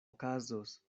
okazos